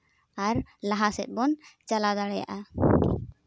ᱟᱨ ᱞᱟᱦᱟ ᱥᱮᱫ ᱵᱚᱱ ᱪᱟᱞᱟᱣ ᱫᱟᱲᱮᱭᱟᱜᱼᱟ